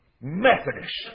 Methodist